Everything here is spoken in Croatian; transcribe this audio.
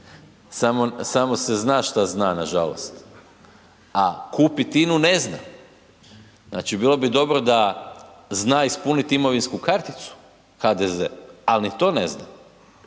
samo se zna šta zna, nažalost, a kupit INU ne zna, znači bilo bi dobro da zna ispunit imovinsku karticu HDZ, al ni to ne zna.